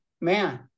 man